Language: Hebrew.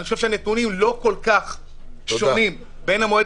שהנתונים לא כל כך שונים בין המועד